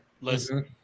Listen